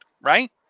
right